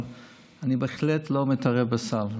אבל אני בהחלט לא מתערב בסל.